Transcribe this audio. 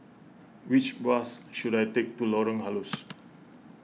which bus should I take to Lorong Halus